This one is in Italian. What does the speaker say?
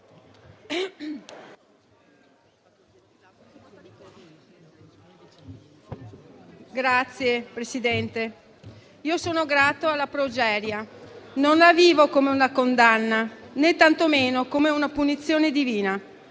colleghi, «sono grato alla progeria, non la vivo come una condanna, né tantomeno come una punizione divina,